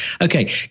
Okay